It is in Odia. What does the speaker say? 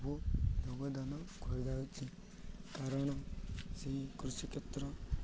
ସବୁ ଯୋଗଦାନ କରାଯାଉଛିି କାରଣ ସେହି କୃଷି କ୍ଷେତ୍ର